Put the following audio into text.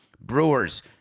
Brewers